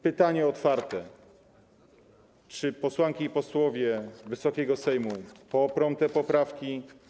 Pytanie otwarte: Czy posłanki i posłowie Wysokiego Sejmu poprą te poprawki?